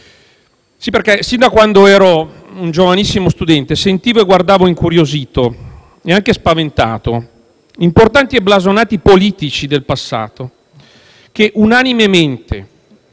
colleghi. Sin da quando ero un giovanissimo studente sentivo e guardavo incuriosito e anche spaventato importanti e blasonati politici del passato che, unanimemente,